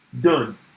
Done